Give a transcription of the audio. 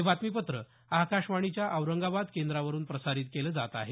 हे बातमीपत्र आकाशवाणीच्या औरंगाबाद केंद्रावरून प्रसारित केलं जात आहे